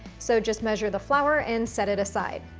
so just measure the flour and set it aside.